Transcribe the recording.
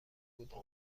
بودند